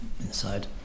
inside